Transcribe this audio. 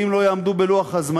ואם לא יעמדו בלוח הזמנים,